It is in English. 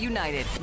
United